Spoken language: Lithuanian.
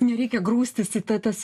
nereikia grūstis į ta tas